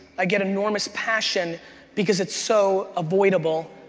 i get enormous passion because it's so avoidable,